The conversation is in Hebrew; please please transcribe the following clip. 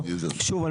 שוב,